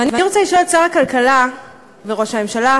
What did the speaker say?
ואני רוצה לשאול את שר הכלכלה וראש הממשלה,